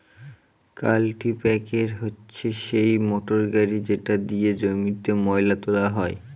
কাল্টিপ্যাকের হচ্ছে সেই মোটর গাড়ি যেটা দিয়ে জমিতে ময়লা তোলা হয়